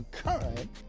current